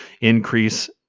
increase